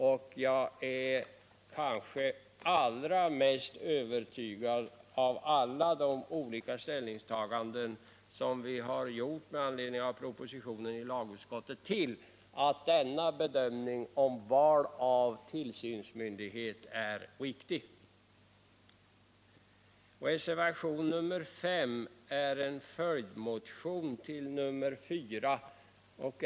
Och jag är allra mest övertygad om att av alla de olika ställningstaganden som vi i lagutskottet har gjort med anledning av propositionen är detta — när det gäller valet av tillsynsmyndighet — det mest riktiga. Reservationen 5 är en följdreservation till reservationen 4.